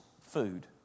food